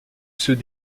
ceux